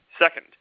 Second